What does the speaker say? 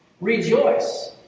Rejoice